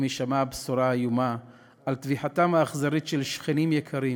הישמע הבשורה האיומה על טביחתם האכזרית של שכנים יקרים,